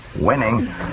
Winning